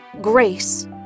grace